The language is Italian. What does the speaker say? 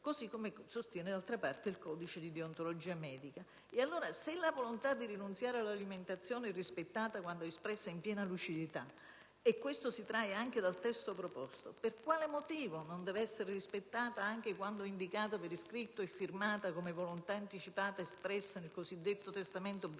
così come sostiene d'altra parte il codice di deontologia medica. Allora, se la volontà di rinunciare all'alimentazione è rispettata quando è espressa in piena lucidità - e ciò si ricava anche dal testo proposto - per quale motivo non deve essere rispettata anche quando è indicata per iscritto e firmata come volontà anticipata espressa nel cosiddetto testamento biologico,